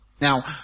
Now